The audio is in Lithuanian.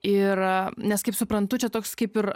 ir nes kaip suprantu čia toks kaip ir